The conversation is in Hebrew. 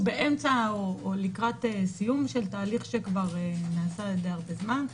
באמצע או לקראת סיום תהליך שכבר נעשה די הרבה זמן.